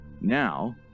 Now